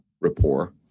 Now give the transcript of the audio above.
rapport